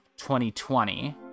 2020